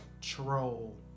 troll